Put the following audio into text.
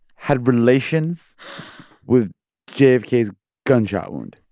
had relations with jfk's gunshot wound?